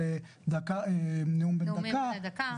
בבקשה.